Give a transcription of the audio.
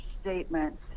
statement